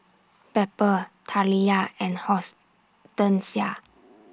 Pepper Taliyah and Horstensia